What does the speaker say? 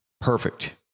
perfect